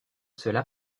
cela